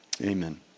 Amen